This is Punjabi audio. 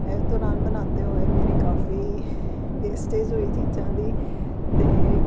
ਇਸ ਦੌਰਾਨ ਬਣਾਉਂਦੇ ਹੋਏ ਮੇਰੀ ਕਾਫ਼ੀ ਵੇਸਟੇਜ਼ ਹੋਈ ਚੀਜ਼ਾਂ ਦੀ ਅਤੇ